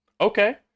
Okay